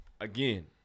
Again